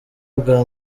bwa